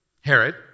Herod